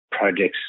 Projects